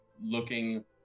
looking